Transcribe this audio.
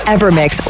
Evermix